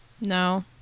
No